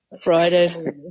Friday